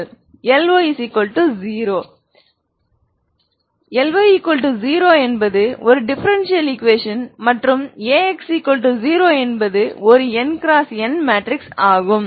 Ly 0 என்பது ஒரு differential equation மற்றும் AX0 என்பது ஒரு n x n மேட்ரிக்ஸ் ஆகும்